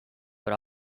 but